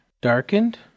Darkened